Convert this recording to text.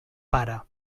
para